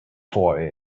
for